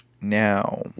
Now